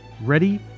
ready